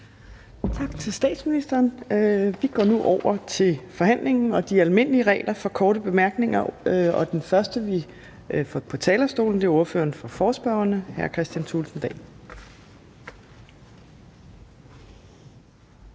Tak til statsministeren. Vi går nu over til forhandlingen og de almindelige regler for korte bemærkninger. Og den første, vi får på talerstolen, er ordføreren for forespørgerne, hr. Kristian Thulesen Dahl.